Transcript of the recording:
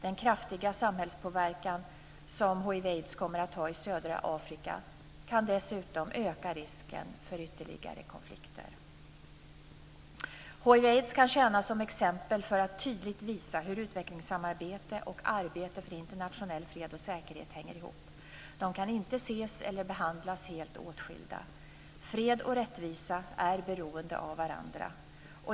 Den kraftiga samhällspåverkan som hiv och aids kommer att ha i södra Afrika kan dessutom öka risken för ytterligare konflikter. Hiv/aids kan tjäna som exempel för att tydligt visa hur utvecklingssamarbete och arbete för internationell fred och säkerhet hänger ihop. De kan inte ses eller behandlas helt åtskilda. Fred och rättvisa är beroende av varandra.